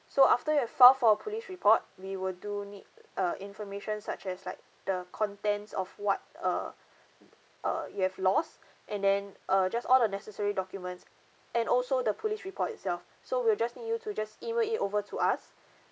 so after you file for a police report we will do need a information such as like the content of what uh uh you have lost and then uh just all the necessary documents and also the police report itself so we'll just need you to just email it over to us